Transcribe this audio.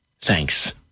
thanks